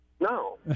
No